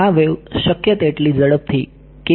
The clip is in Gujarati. આ વેવ શક્ય તેટલી ઝડપથી કેવી ગતિએ c જઈ શકે છે